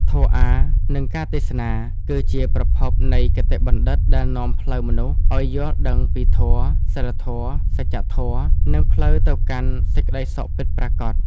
ធម៌អាថ៌ និងការទេសនា គឺជាប្រភពនៃគតិបណ្ឌិតដែលនាំផ្លូវមនុស្សឲ្យយល់ដឹងពីធម៌ សីលធម៌ សច្ចធម៌ និងផ្លូវទៅកាន់សេចក្ដីសុខពិតប្រាកដ។